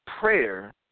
prayer